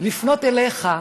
לפנות אליך,